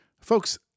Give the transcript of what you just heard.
Folks